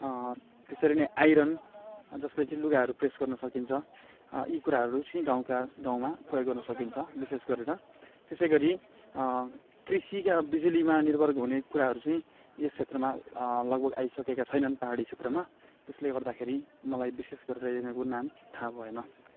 त्यसरी नै आइरन जसले चाहिँ लुगाहरू प्रेस गर्न सकिन्छ यी कुराहरू चाहिँ गाउँका गाउँमा प्रयोग गर्न सकिन्छ विशेष गरेर त्यसै गरी कृषिका बिजुलीमा निर्भर हुने कुराहरू चाहिँ यस क्षेत्रमा लगभग आइसकेका छैनन् पाहाडी क्षेत्रमा त्यसले गर्दाखेरि मलाई विशेष गरेर यिनीहरूको नाम थाहा भएन